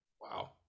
Wow